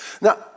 Now